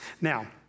Now